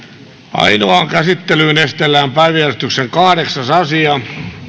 ainoaan käsittelyyn esitellään päiväjärjestyksen kahdeksas asia